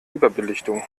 überbelichtung